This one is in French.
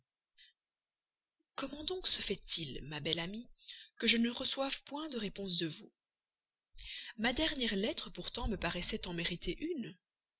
comment donc se fait-il ma belle amie que je ne reçoive point de réponse de vous ma dernière lettre pourtant me paraissait en mériter une